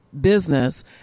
business